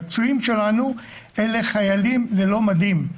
הפצועים שלנו אלה חיילים ללא מדים.